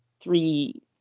three